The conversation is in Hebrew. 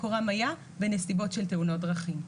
מקורם היה בנסיבות של תאונות דרכים.